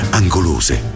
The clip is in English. angolose